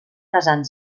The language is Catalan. casant